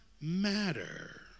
matter